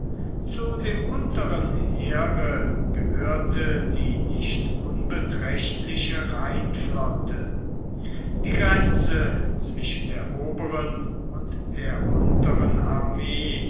zu dem unteren heere gehörte die nicht unbeträchtliche rheinflotte die grenze zwischen der oberen und der unteren armee